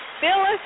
Phyllis